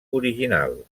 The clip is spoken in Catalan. original